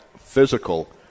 physical